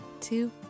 two